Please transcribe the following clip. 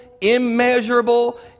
immeasurable